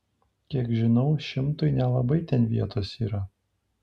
kiek žinau šimtui nelabai ten vietos yra